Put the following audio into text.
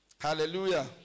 Hallelujah